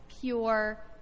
pure